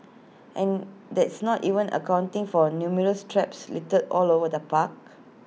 and that's not even accounting for A numerous traps littered all over the park